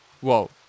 whoa